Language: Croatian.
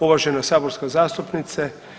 Uvažena saborska zastupnice.